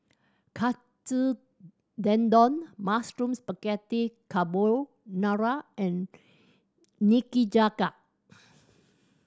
Katsu Tendon Mushroom Spaghetti Carbonara and Nikujaga